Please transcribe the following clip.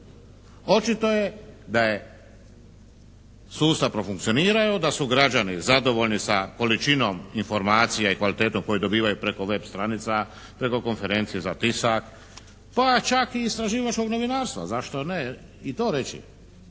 Očito je da je sustav profunkcionirao, da su građani zadovoljni sa količinom informacija i kvalitetom koju dobivaju preko web stranica, preko konferencije za tisak pa čak i istraživačkog novinarstva, zašto ne i to reći,